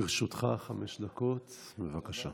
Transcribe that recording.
לרשותך חמש דקות, בבקשה.